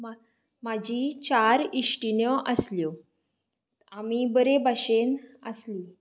म्हजी चार इश्टिण्यो आसल्यो आमी बरे भाशेन आसलीं